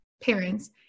parents